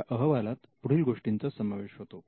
या अहवालात पुढील गोष्टींचा समावेश होतो